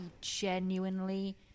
genuinely